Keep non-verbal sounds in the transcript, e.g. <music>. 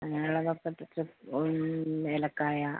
അങ്ങനെയുള്ള <unintelligible> ഏലക്കായ